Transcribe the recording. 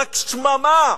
רק שממה,